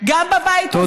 גם בבית הזה.